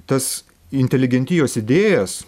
tas inteligentijos idėjas